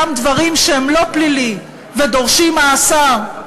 גם דברים שהם לא פליליים ודורשים מאסר,